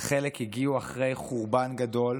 חלק הגיעו אחרי חורבן גדול,